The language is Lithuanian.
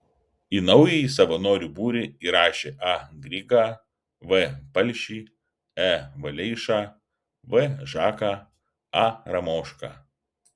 į naująjį savanorių būrį įrašė a grygą v palšį e valeišą v žaką a ramošką